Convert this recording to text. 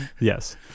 yes